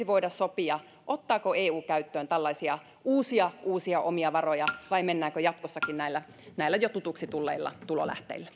voida sopia ottaako eu käyttöön tällaisia uusia uusia omia varoja vai mennäänkö jatkossakin näillä näillä jo tutuksi tulleilla tulolähteillä